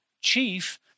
chief